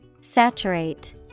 Saturate